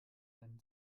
deinen